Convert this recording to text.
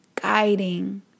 guiding